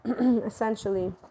essentially